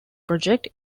project